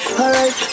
alright